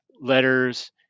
letters